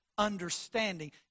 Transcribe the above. understanding